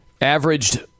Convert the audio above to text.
averaged